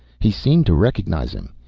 he seemed to recognize him.